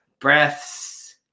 Breaths